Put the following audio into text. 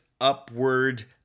upward